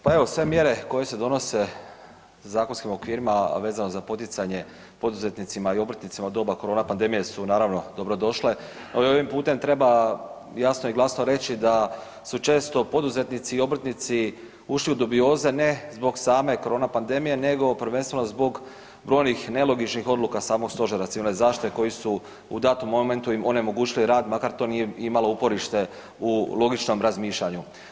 Pa evo sve mjere koje se donose u zakonskim okvirima, a vezano za poticanje poduzetnicima i obrtnicima u doba korona pandemije su naravno dobrodošlo, no i ovim putem treba jasno i glasno reći da su često poduzetnici i obrtnici ušli u dubioze ne zbog same korona pandemije nego prvenstveno zbog brojnih nelogičnih odluka samog Stožera civilne zaštite koji su u datom momentu im onemogućili rad, makar to nije imalo uporište u logičnom razmišljanju.